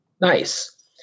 Nice